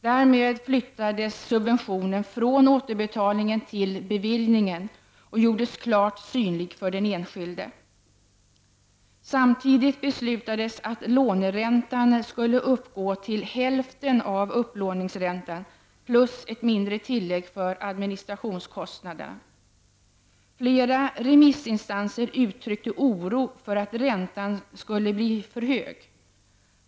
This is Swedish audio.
Därmed flyttades subventionen från återbetalningen till bevillningen och gjordes klart synlig för den enskilde. Samtidigt beslutades att låneräntan skulle uppgå till hälften av upplåningsräntan plus ett mindre tillägg för administrationskostnader. Flera remissinstanser uttryckte oro för att räntan skulle bli för hög.